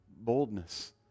boldness